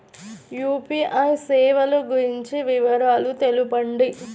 UPI సేవలు గురించి వివరాలు తెలుపండి?